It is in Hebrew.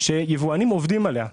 שיבואנים עובדים עליה.